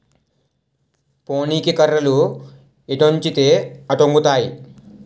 పోనీకి కర్రలు ఎటొంచితే అటొంగుతాయి